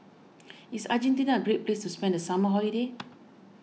is Argentina a great place to spend the summer holiday